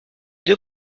deux